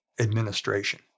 administration